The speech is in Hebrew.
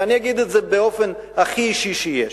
ואני אגיד את זה באופן הכי אישי שיש.